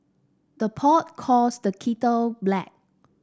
the pot calls the kettle black